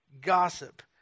gossip